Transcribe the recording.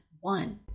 One